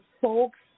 folks